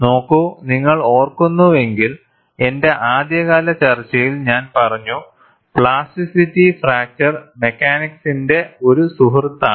നോക്കൂ നിങ്ങൾ ഓർക്കുന്നുവെങ്കിൽ എന്റെ ആദ്യകാല ചർച്ചയിൽ ഞാൻ പറഞ്ഞു പ്ലാസ്റ്റിറ്റി ഫ്രാക്ചർ മെക്കാനിക്സിന്റെ ഒരു സുഹൃത്താണ്